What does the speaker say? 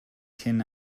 tin